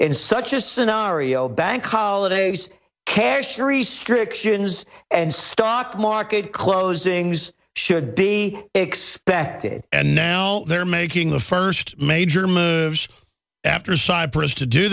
in such a scenario bank holidays cash restrictions and stock market closings should be expected and now they're making the first major moves after cyprus to do